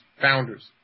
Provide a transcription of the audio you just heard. founders